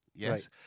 Yes